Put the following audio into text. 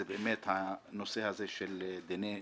זה באמת הנושא הזה של דיני נפשות.